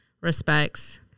respects